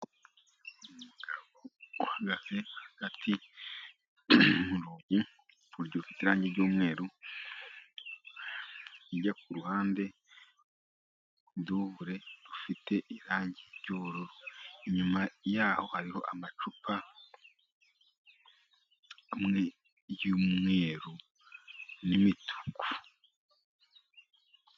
Umugabo uhagaze hagati mu rugi, rufite irangi ry' umweru hirya kuruhande, rufite irangi ry' ubururu inyuma yaho hariho amacupa amwe y' umweru n' imituku.